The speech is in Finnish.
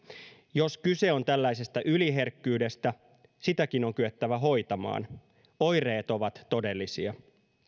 jos kyse on tällaisesta yliherkkyydestä sitäkin on kyettävä hoitamaan oireet ovat todellisia